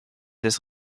des